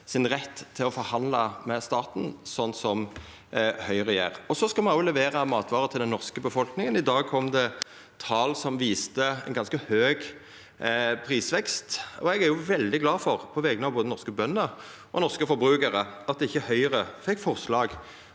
sin rett til å forhandla med staten. Me skal òg levera matvarer til den norske befolkninga. I dag kom det tal som viste ein ganske høg prisvekst, og eg er veldig glad for, på vegner av både norske bønder og norske forbrukarar, at ikkje Høgre fekk fleirtal